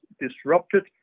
disrupted